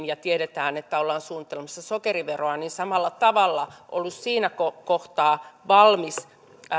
ja tiedetään että ollaan suunnittelemassa sokeriveroa samalla tavalla ollut siinä kohtaa valmis